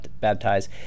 baptize